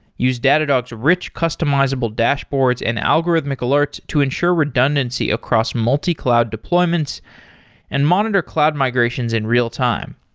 use datadog to rich customizable dashboards and algorithmic alerts to ensure redundancy across multi-cloud deployments and monitor cloud migrations in real-time.